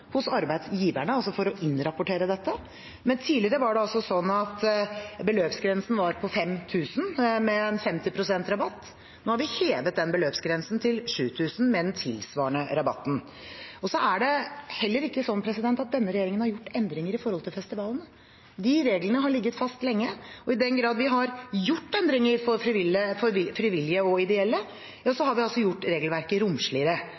hos arbeidsgiverne. Tidligere var det sånn at beløpsgrensen var på 5 000 kr, med en 50 pst.-rabatt. Nå har vi hevet den beløpsgrensen til 7 000 kr, med den tilsvarende rabatten. Det er heller ikke sånn at denne regjeringen har gjort endringer når det gjelder festivalene. De reglene har ligget fast lenge. I den grad vi har gjort endringer for frivillige og ideelle, har vi gjort regelverket romsligere.